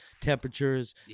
temperatures